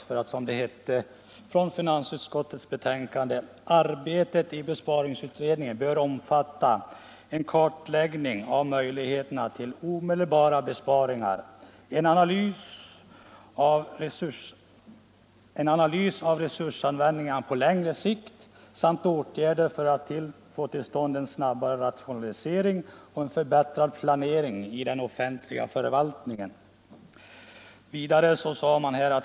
Beträffande utredningens uppgifter anförde finansutskottet i fjol att ”arbetet bör omfatta en kartläggning av möjligheterna till omedelbara besparingar, en analys av resursanvändningen på längre sikt samt åtgärder för att få till stånd en snabbare rationalisering och en förbättrad planering i den offentliga förvaltningen.